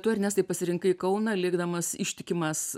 tu ernestai pasirinkai kauną likdamas ištikimas